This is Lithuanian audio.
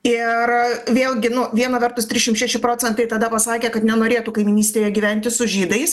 ir vėlgi nu viena vertus trišim šeši procentai tada pasakė kad nenorėtų kaimynystėje gyventi su žydais